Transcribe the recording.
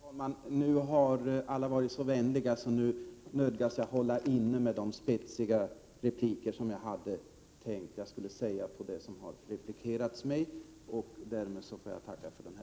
Herr talman! Nu har alla varit så vänliga, så nu nödgas jag hålla inne med de spetsiga repliker jag hade tänkt komma med. Därmed får jag tacka för den här debatten.